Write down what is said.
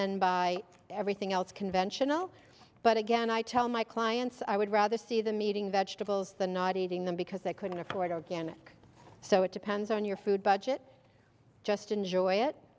then buy everything else conventional but again i tell my clients i would rather see them eating vegetables the not eating them because they couldn't afford organic so it depends on your food budget just enjoy it